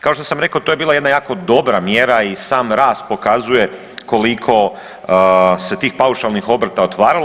Kao što sam rekao to je bila jedna jako dobra mjera i sam rast pokazuje koliko se tih paušalnih obrta otvaralo.